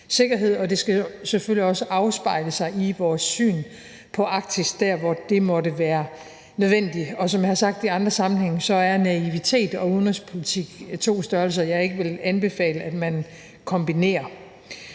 sikkerhed, og det skal selvfølgelig også afspejle sig i vores syn på Arktis dér, hvor det måtte være nødvendigt. Og som jeg har sagt i andre sammenhænge, er naivitet og udenrigspolitik to størrelser, jeg ikke vil anbefale at man kombinerer.